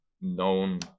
Known